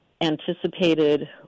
anticipated